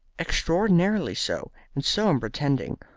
extraordinarily so. and so unpretending.